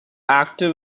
active